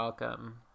Welcome